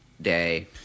day